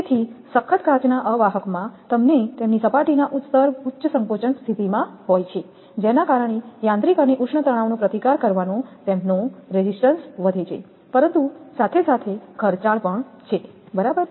તેથી સખત કાચના અવાહક માં તેમની સપાટીના સ્તર ઉચ્ચ સંકોચન સ્થિતિમાં હોય છે જેના કારણે યાંત્રિક અને ઉષ્ણ તણાવનો પ્રતિકાર કરવાનો તેમનો પ્રતિકાર વધારે છે પરંતુ સાથેસાથે ખર્ચાળ પણ છે બરાબર